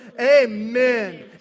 Amen